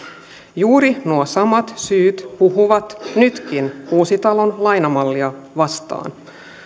juuri nuo samat syyt puhuvat nytkin uusitalon lainamallia vastaan